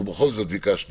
אנחנו בכל זאת ביקשנו